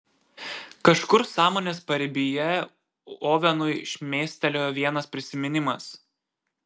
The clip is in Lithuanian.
kažkur sąmonės paribyje ovenui šmėstelėjo vienas prisiminimas